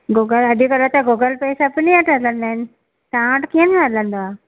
Google अॼुकल्ह त Google पे सभिनी वटि हलंदा आहिनि तव्हां वटि कीअं न हलंदो आहे